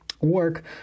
work